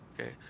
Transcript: okay